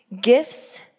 gifts